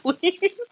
please